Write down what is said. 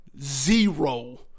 Zero